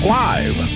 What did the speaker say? live